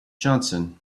johnson